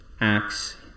Acts